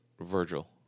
Virgil